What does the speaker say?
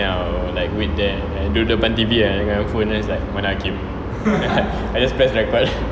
then I will wait there duduk depan T_V then dengan phone is like mana akid I just press record